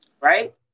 Right